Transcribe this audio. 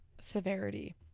severity